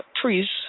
please